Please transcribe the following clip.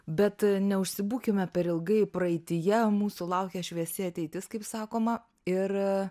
bet neužsibūkime per ilgai praeityje mūsų laukia šviesi ateitis kaip sakoma ir